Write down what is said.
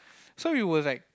so we were like